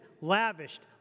lavished